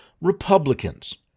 Republicans